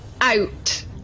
out